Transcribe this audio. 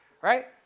Right